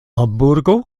hamburgo